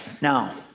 Now